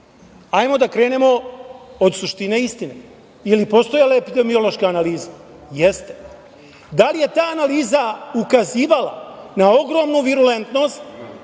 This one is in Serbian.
ajmo da krenemo od suštine istine. Da li je postojala epidemiološka analiza? Jeste. Da li je ta analiza ukazivala na ogromnu virulentnost,